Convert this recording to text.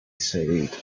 said